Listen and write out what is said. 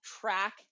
track